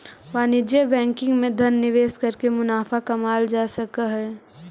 वाणिज्यिक बैंकिंग में धन निवेश करके मुनाफा कमाएल जा सकऽ हइ